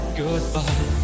goodbye